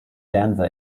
denver